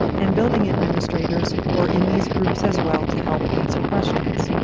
and building administrators were in these groups as well to help answer questions.